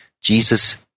Jesus